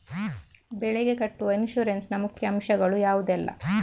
ಬೆಳೆಗೆ ಕಟ್ಟುವ ಇನ್ಸೂರೆನ್ಸ್ ನ ಮುಖ್ಯ ಅಂಶ ಗಳು ಯಾವುದೆಲ್ಲ?